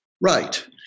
Right